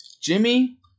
Jimmy